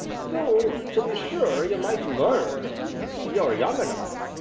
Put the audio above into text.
though to be sure you might learn you're young enough.